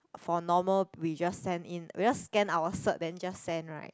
for normal we just send in we just scan our cert then just send [right]